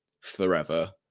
forever